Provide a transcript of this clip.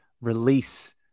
release